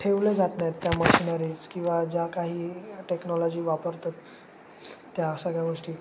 ठेवलं जात नाहीत त्या मशिनरीज किंवा ज्या काही टेक्नॉलॉजी वापरतं त्या सगळ्या गोष्टी